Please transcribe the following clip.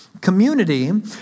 Community